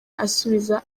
asubiza